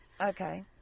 okay